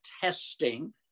testing